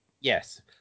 Yes